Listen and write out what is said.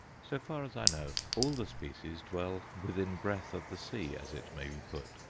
so far as i know, all the species dwell within breath of the sea, as it may be put,